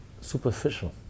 superficial